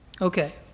Okay